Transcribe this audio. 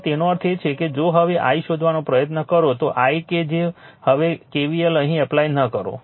તો તેનો અર્થ એ કે જો હવે i શોધવાનો પ્રયત્ન કરો તો i કે જો હવે k v l અહીં એપ્લાય ન કરો